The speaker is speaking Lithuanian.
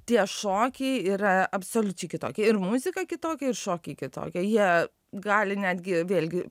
tie šokiai yra absoliučiai kitokie ir muzika kitokia ir šokiai kitokie jie gali netgi vėlgi